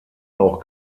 auch